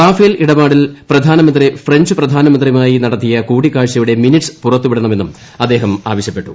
Rafale ഇടപാടിൽ പ്രധാനമന്ത്രി French പ്രധാനമന്ത്രിയുമായി നടത്തിയ കൂടിക്കാഴ്ചയുടെ മിനിട്ട്സ് പുറത്തുവിടണമെന്നും അദ്ദേഹം ആവശ്യപ്പെട്ടു